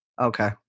Okay